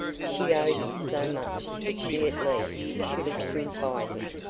she owed him so much that she at least should have stood by him.